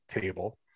table